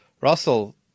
Russell